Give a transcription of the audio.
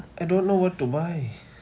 I don't know what to buy